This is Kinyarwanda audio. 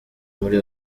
muri